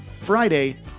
Friday